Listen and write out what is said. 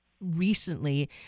recently